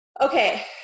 Okay